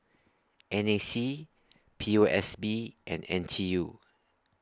N A C P O S B and N T U